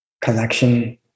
collection